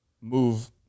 move